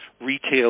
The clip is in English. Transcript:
Retail